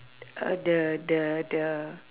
uh the the the